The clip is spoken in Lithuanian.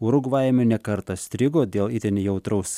urugvajumi ne kartą strigo dėl itin jautraus